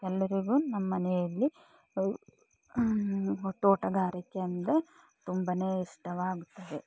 ಎಲ್ಲರಿಗೂ ನಮ್ಮನೆಯಲ್ಲಿ ತೋಟಗಾರಿಕೆ ಅಂದರೆ ತುಂಬನೇ ಇಷ್ಟವಾಗುತ್ತದೆ